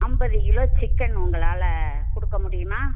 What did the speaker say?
ஐம்பது kilo chicken உங்களால் கொடுக்க முடியுமா